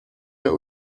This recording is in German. der